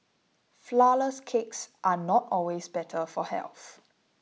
Flourless Cakes are not always better for health